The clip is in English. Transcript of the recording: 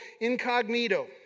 Incognito